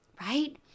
Right